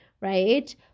right